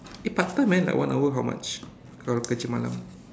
eh part time eh like one hour how much kalau kerja malam